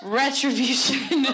retribution